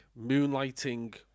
Moonlighting